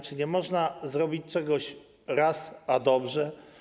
Czy nie można zrobić czegoś raz a dobrze?